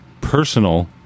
personal